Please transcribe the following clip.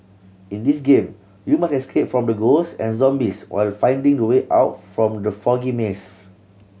in this game you must escape from the ghost and zombies while finding the way out from the foggy maze